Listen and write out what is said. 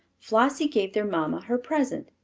flossie gave their mamma her present,